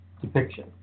depiction